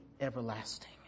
everlasting